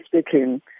speaking